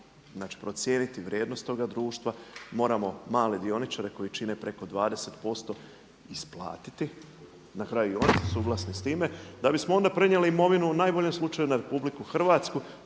znači procijeniti vrijednost toga društva, moramo male dioničare koji čine preko 20% isplatiti. Na kraju su i oni suglasni s time, da bismo onda prenijeli imovinu u najboljem slučaju na RH pa onda treba RH,